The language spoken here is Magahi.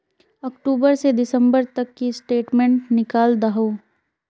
अक्टूबर से दिसंबर तक की स्टेटमेंट निकल दाहू?